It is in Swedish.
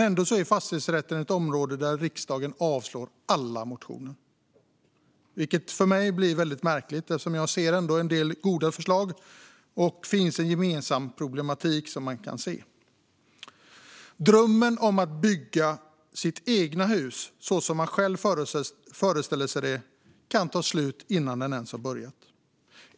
Ändå är fastighetsrätten ett område där riksdagen avslår alla motioner, vilket för mig blir märkligt eftersom jag ändå ser en del goda förslag. Man ser ju också en gemensam problematik. Drömmen om att bygga sitt eget hus så som man själv föreställer sig det kan ta slut innan den ens har börjat.